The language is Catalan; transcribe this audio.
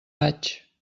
vaig